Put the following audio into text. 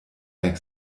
weg